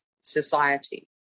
society